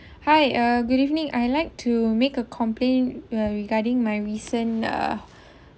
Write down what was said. hi uh good evening I'd like to make a complain uh regarding my recent